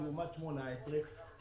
לעומת 18',